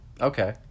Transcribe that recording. okay